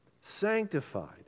sanctified